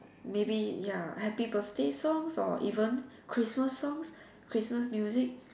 maybe ya happy birthday songs or even Christmas songs Christmas music